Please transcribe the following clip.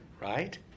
right